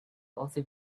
also